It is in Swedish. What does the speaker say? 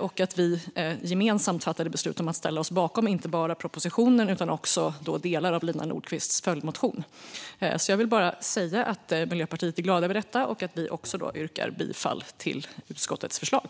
och att vi gemensamt fattade beslut om att ställa oss bakom inte bara propositionen utan också delar av Lina Nordquists följdmotion. Jag vill bara säga att Miljöpartiet är glada över detta och att vi också yrkar bifall till utskottets förslag.